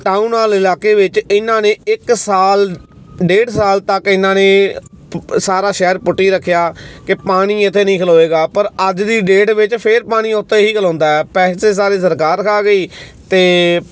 town ਵੱਲ ਇਲਾਕੇ ਵਿੱਚ ਇਹਨਾਂ ਨੇ ਇੱਕ ਸਾਲ ਡੇਢ ਸਾਲ ਤੱਕ ਇਹਨਾਂ ਨੇ ਸਾਰਾ ਸ਼ਹਿਰ ਪੁੱਟੀ ਰੱਖਿਆ ਕਿ ਪਾਣੀ ਇੱਥੇ ਨਹੀਂ ਖਲੋਏਗਾ ਪਰ ਅੱਜ ਦੀ ਡੇਟ ਵਿੱਚ ਫਿਰ ਪਾਣੀ ਉੱਥੇ ਹੀ ਖਲੋਂਦਾ ਹੈ ਪੈਸੇ ਸਾਰੇ ਸਰਕਾਰ ਖਾ ਗਈ ਅਤੇ